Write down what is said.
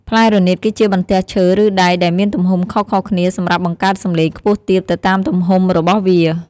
ផ្លែរនាតគឺជាបន្ទះឈើឬដែកដែលមានទំហំខុសៗគ្នាសម្រាប់បង្កើតសំឡេងខ្ពស់ទាបទៅតាមទំហំរបស់វា។